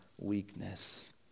weakness